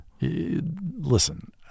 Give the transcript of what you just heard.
Listen